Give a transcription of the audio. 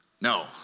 no